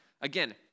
Again